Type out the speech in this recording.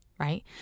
right